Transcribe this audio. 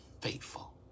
faithful